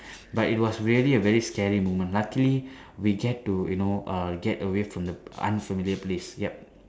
but it was really a very scary moment luckily we get to you know err get away from the unfamiliar place yup